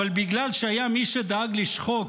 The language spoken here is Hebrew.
אבל בגלל שהיה מי שדאג לשחוק